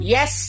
Yes